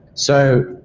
so,